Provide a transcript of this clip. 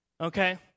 okay